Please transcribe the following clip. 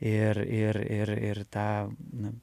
ir ir ir ir tą na